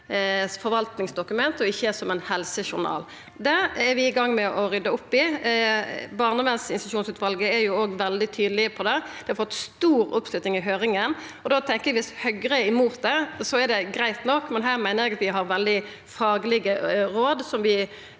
forvaltningsdokument, ikkje som ein helsejournal. Det er vi i gang med å rydda opp i. Barnevernsinstitusjonsutvalet er jo òg veldig tydeleg på det. Det har fått stor oppslutning i høyringa. Da tenkjer eg at om Høgre er imot det, er det greitt nok, men her meiner eg at vi har veldig faglege råd som vi